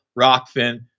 Rockfin